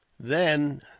then,